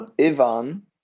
Ivan